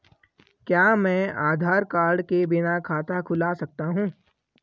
क्या मैं आधार कार्ड के बिना खाता खुला सकता हूं?